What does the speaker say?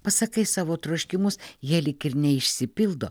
pasakai savo troškimus jie lyg ir neišsipildo